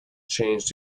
changed